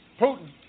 Putin